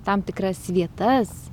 tam tikras vietas